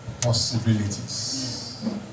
possibilities